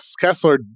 Kessler